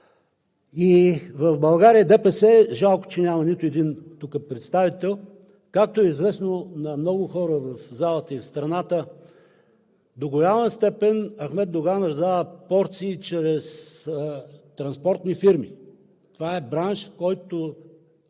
В България ДПС – жалко, че тук няма нито един представител, както е известно на много хора в залата и в страната, до голяма степен Ахмед Доган раздава порции чрез транспортни фирми. Това е бранш, в който